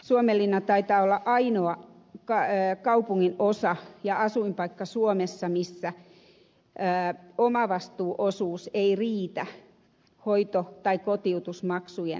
suomenlinna taitaa olla ainoa kaupunginosa ja asuinpaikka suomessa missä omavastuuosuus ei riitä kotiutusmaksujen maksamiseen